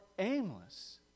aimless